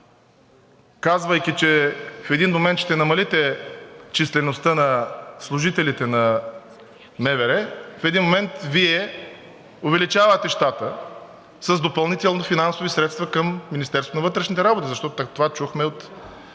казвайки, че в един момент ще намалите числеността на служителите на МВР, в един момент Вие увеличавате щата с допълнителни финансови средства към Министерството на вътрешните